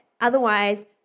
Otherwise